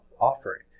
offering